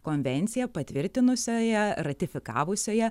konvenciją patvirtinusioje ratifikavusioje